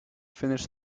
finished